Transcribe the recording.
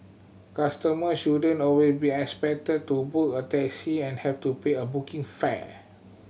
customer shouldn't always be expected to book a taxi and have to pay a booking